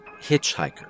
Hitchhiker